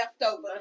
leftover